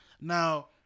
Now